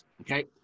okay